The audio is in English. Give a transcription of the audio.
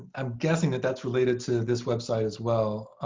i'm guessing that that's related to this website, as well.